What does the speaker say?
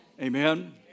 Amen